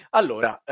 allora